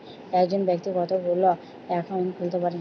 একজন ব্যাক্তি কতগুলো অ্যাকাউন্ট খুলতে পারে?